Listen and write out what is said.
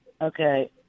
Okay